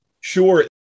Sure